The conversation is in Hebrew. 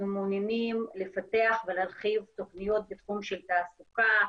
מעוניינים לפתח ולהרחיב תוכניות בתחום של תעסוקה,